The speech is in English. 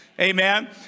Amen